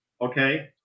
Okay